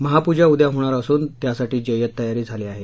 महापूजा उद्या होणार असून त्यासाठी जय्यत तयारी झाली आहे